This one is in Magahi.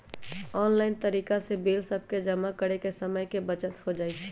ऑनलाइन तरिका से बिल सभके जमा करे से समय के बचत हो जाइ छइ